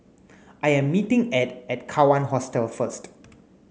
I am meeting Edd at Kawan Hostel first